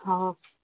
ହଁ